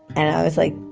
and i was like,